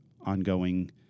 ongoing